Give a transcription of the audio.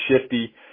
shifty